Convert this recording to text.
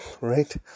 right